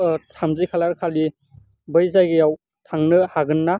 ओ थामजि खालारखालि बै जायगायाव थांनो हागोनना